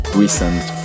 recent